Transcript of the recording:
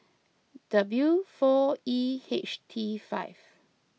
W four E H T five